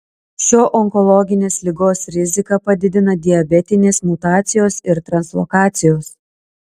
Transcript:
šio onkologinės ligos riziką padidina diabetinės mutacijos ir translokacijos